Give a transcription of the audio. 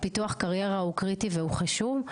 הפיתוח קריירה הוא קריטי והוא חשוב.